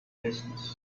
business